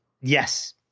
Yes